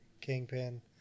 Kingpin